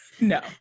no